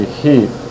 heat